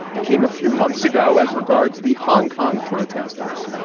it came a few months ago as regards the hong kong protesters.